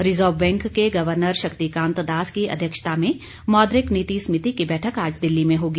reserve bank के governor Shaktikanta Das की अध्यक्षता में मौद्रिक नीति समिति की बैठक आज दिल्ली में होगी